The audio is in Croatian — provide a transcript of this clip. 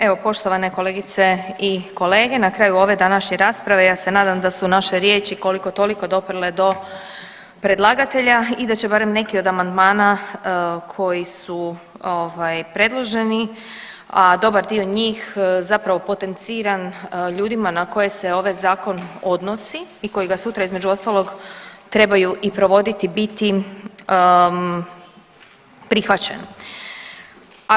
Evo poštovane kolegice i kolege, na kraju ove današnje rasprave ja se nadam da su naše riječi koliko toliko doprle do predlagatelja i da će barem neki od amandmana koji su ovaj predloženi, a dobar dio njih zapravo potenciran ljudima na koje se ovaj zakon odnosi i kojega sutra između ostalog trebaju i provoditi i biti prihvaćen.